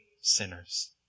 sinners